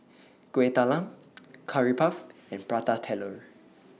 Kueh Talam Curry Puff and Prata Telur